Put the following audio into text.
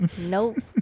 nope